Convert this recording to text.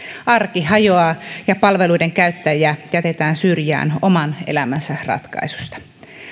arki hajoaa ja palveluiden käyttäjiä jätetään syrjään oman elämänsä ratkaisuista